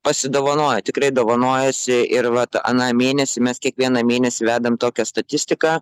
pasidovanojo tikrai dovanojasi ir va tą aną mėnesį mes kiekvieną mėnesį vedam tokią statistiką